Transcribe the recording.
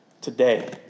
today